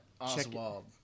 Oswald